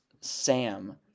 Sam